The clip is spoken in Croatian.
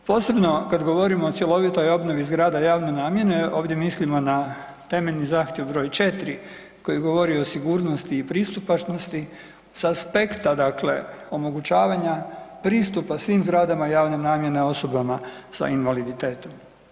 Posebno kad govorimo o cjelovitoj obnovi zgrada javne namjene ovdje mislimo na temeljni zahtjev broj 4 koji govori o sigurnosti i pristupačnosti sa aspekta, dakle omogućavanja pristupa svim zgradama javne namjene osobama sa invaliditetom.